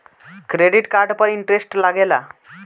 Credit card पर interest लागेला?